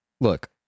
Look